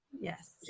Yes